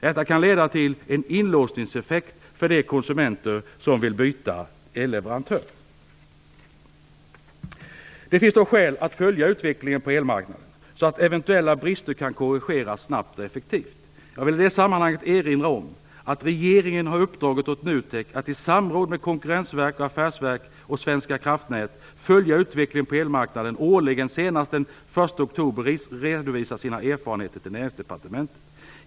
Detta kan leda till en inlåsningseffekt för de konsumenter som vill byta elleverantör Det finns dock skäl att följa utvecklingen på elmarknaden, så att eventuella brister kan korrigeras snabbt och effektivt. Jag vill i det sammanhanget erinra om att regeringen har uppdragit åt NUTEK att, i samråd med Konkurrensverket och Affärsverket svenska kraftnät, följa utvecklingen på elmarknaden och årligen senast den 1 oktober redovisa sina erfarenheter till Näringsdepartementet.